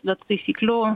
bet taisyklių